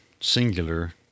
singular